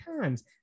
times